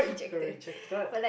got rejected